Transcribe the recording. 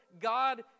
God